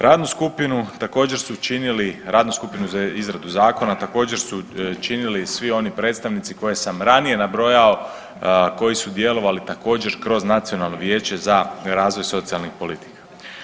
Radnu skupinu također su činili, radnu skupinu za izradu zakona također su činili svi oni predstavnici koje sam ranije nabrojao koji su djelovali također kroz Nacionalno vijeće za razvoj socijalnih politika.